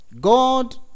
God